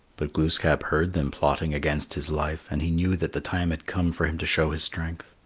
but glooskap heard them plotting against his life and he knew that the time had come for him to show his strength.